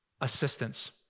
assistance